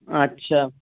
আচ্ছা